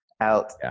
out